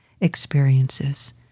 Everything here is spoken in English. experiences